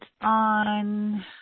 on